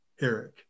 Eric